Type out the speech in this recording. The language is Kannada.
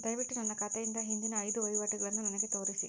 ದಯವಿಟ್ಟು ನನ್ನ ಖಾತೆಯಿಂದ ಹಿಂದಿನ ಐದು ವಹಿವಾಟುಗಳನ್ನು ನನಗೆ ತೋರಿಸಿ